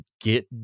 get